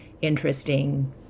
interesting